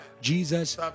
Jesus